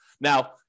Now